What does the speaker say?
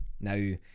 Now